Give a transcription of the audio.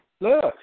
look